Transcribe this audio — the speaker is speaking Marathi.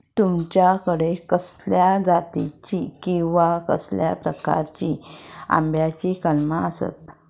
तुमच्याकडे कसल्या जातीची किवा कसल्या प्रकाराची आम्याची कलमा आसत?